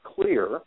clear